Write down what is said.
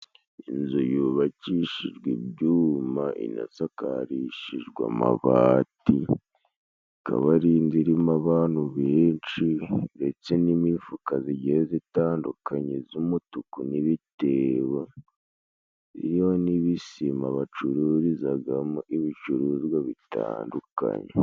Inzu yubakishijwe ibyuma inasakarishijwe amabati, ikaba ari indi irimo abantu benshi i ndetse n'imifuka zigiye zitandukanye z'umutuku n'ibitebo, iriho n'ibisima bacururizagamo ibicuruzwa bitandukanye.